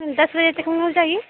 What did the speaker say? دس بجے تک